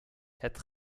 het